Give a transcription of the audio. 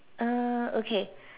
uh okay